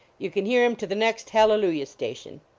you can hear him to the next hallelujah station.